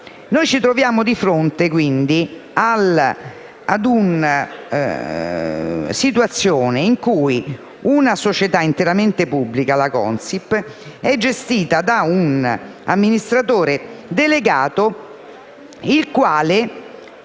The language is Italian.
ci troviamo di fronte a una situazione in cui una società interamente pubblica (la Consip) è gestita da un amministratore delegato che